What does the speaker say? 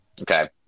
okay